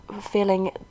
feeling